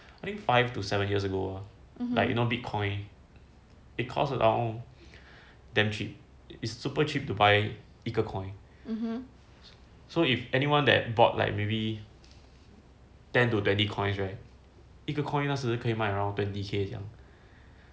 I think five to seven years ago like you know bitcoin it costs around them cheap it's super cheap to buy 一个 coin so if anyone that bought like maybe ten to twenty coins right 一个 coin 那时可以卖 around twenty K 这样